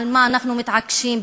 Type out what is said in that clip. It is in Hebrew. על מה אנחנו מתעקשים,